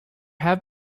have